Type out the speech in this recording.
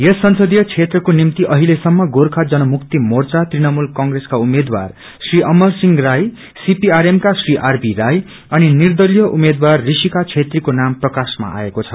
यस संसदीय क्षेत्रको निम्ति अहिलसम्म गोचर्खा जनमुक्ति मोर्चा तृणमूल कंप्रेसका उम्मेद्वार श्री अमरसिंह राई सीपीआरएम का श्री आरबी राई अनि निर्दलीय उम्मेद्वार ऋषिका छेत्री को नाम प्रकाशमा आएको छ